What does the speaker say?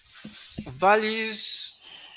values